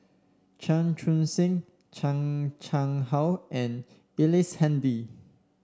Chan Chun Sing Chan Chang How and Handy